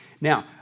Now